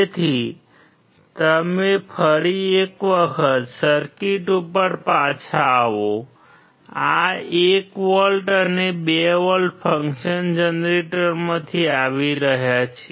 તેથી તમે ફરી એક વખત સર્કિટ ઉપર પાછા આવો આ 1 વોલ્ટ અને 2 વોલ્ટ ફંક્શન જનરેટરમાંથી આવી રહ્યા છે